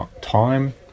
time